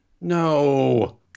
No